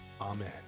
Amen